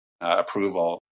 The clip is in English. approval